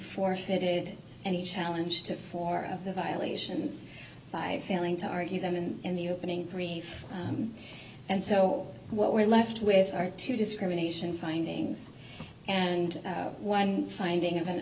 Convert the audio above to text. forfeited any challenge to four of the violations by failing to argue them and in the opening brief and so what we're left with are two discrimination findings and one finding of an